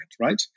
right